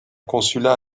consulat